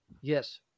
Yes